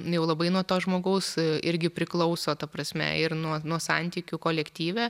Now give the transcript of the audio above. jau labai nuo to žmogaus irgi priklauso ta prasme ir nuo nuo santykių kolektyve